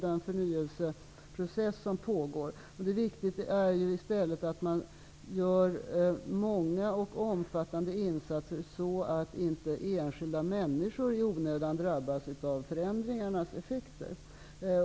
Det är viktigt att man i stället gör många och omfattande insatser så att inte enskilda människor i onödan drabbas av förändringarnas effekter.